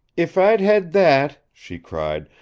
if i'd had that, she cried,